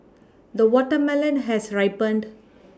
the watermelon has ripened